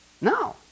No